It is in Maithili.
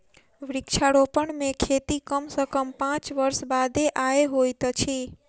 वृक्षारोपण खेती मे कम सॅ कम पांच वर्ष बादे आय होइत अछि